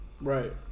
Right